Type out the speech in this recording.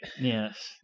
Yes